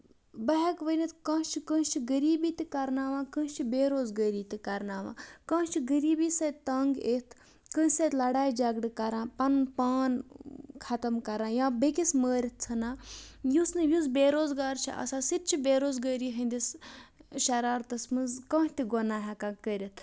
بہٕ ہٮ۪کہٕ ؤنِتھ کانٛہہ چھِ کٲنٛسہِ چھِ غریٖبی تہِ کرناوان کٲنسہِ چھِ بیروزگٲری تہِ کرناوان کانٛہہ چھُ غریٖبی سۭتۍ تَنگ یِتھ کٲنسہِ سۭتۍ لڑایہِ جگڑٕ کران پَنُن پان ختُم کران یا بیٚیہِ کِس مٲرِتھ ژھٕنان یُس نہٕ یُس بیروزگار چھُ آسان سُہ تہِ چھُ بیروزگٲری ہِندِس شرارتس منٛز کانٛہہ تہِ گۄناہ ہٮ۪کان کٔرِتھ